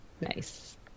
Nice